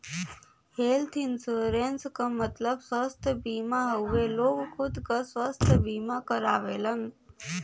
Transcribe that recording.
health insurance क मतलब स्वस्थ बीमा हउवे लोग खुद क स्वस्थ बीमा करावलन